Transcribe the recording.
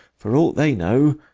for ought they know,